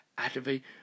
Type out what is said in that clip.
Activate